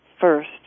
first